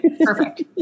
perfect